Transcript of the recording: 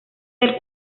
del